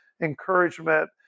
encouragement